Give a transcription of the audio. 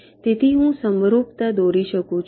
તેથી હું સમરૂપતા દોરી શકું છું